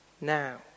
now